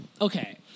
okay